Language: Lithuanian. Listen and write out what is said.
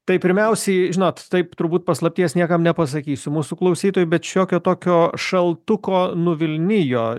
tai pirmiausiai žinot taip turbūt paslapties niekam nepasakysiu mūsų klausytojui bet šiokio tokio šaltuko nuvilnijo